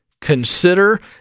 consider